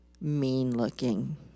mean-looking